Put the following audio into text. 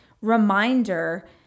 reminder